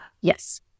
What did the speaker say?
Yes